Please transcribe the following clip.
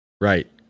right